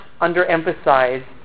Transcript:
underemphasize